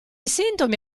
sintomi